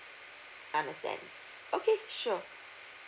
understand okay sure